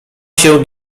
się